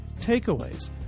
takeaways